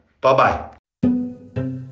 Bye-bye